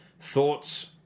Thoughts